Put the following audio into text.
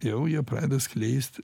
jau jie pradeda skleist